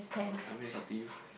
I mean that's up to you